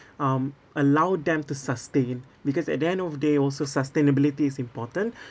um allow them to sustain because at the end of day also sustainability is important